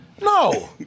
No